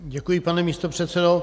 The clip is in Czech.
Děkuji, pane místopředsedo.